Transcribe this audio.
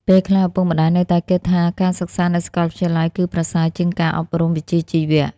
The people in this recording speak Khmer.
ពេលខ្លះ ឪពុកម្តាយនៅតែគិតថាការសិក្សានៅសាកលវិទ្យាល័យគឺប្រសើរជាងការអប់រំវិជ្ជាជីវៈ។